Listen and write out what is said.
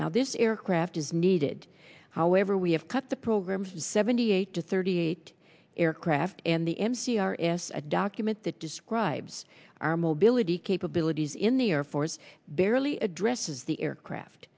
now this aircraft is needed however we have cut the programs seventy eight to thirty eight aircraft and the m c r is a document that describes our mobility capabilities in the air force barely addresses the aircraft